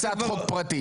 אתה פה שעתיים.